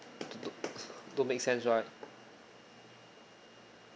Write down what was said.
don't don't don't don't make sense right